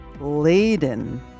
laden